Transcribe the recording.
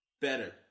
Better